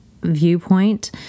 viewpoint